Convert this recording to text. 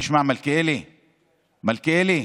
תשמע, מלכיאלי, מלכיאלי: